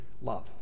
love